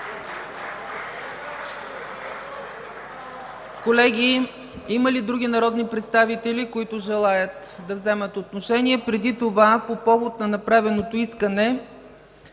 Колеги, има ли други народни представители, които желаят да вземат отношение? Преди това по повод на направеното искане,